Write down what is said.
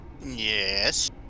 Yes